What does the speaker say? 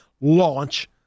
launch